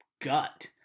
gut